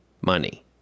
money